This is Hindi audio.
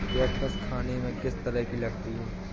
कैटफिश खाने में किस तरह की लगती है?